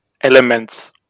elements